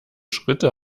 schritte